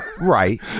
right